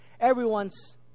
Everyone's